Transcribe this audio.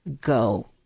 go